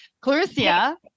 Clarissa